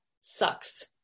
sucks